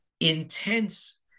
intense